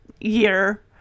year